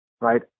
right